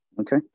okay